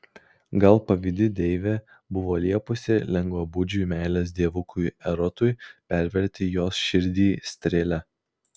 gal pavydi deivė buvo liepusi lengvabūdžiui meilės dievukui erotui perverti jos širdį strėle